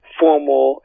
formal